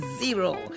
zero